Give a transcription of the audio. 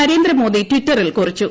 നരേന്ദ്രമോദി ട്വിറ്ററിൽ കുറിച്ചു